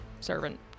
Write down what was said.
servant